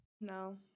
no